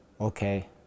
okay